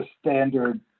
standard